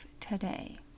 today